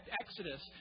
Exodus